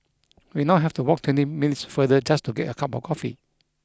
we now have to walk twenty minutes farther just to get a cup of coffee